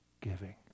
giving